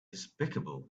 despicable